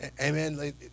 amen